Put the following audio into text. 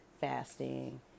fasting